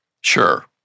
Sure